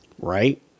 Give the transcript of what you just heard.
Right